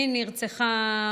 איפה?